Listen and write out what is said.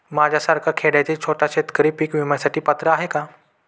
माझ्यासारखा खेड्यातील छोटा शेतकरी पीक विम्यासाठी पात्र आहे का?